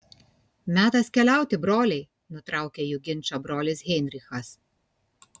metas keliauti broliai nutraukė jų ginčą brolis heinrichas